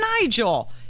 Nigel